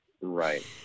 Right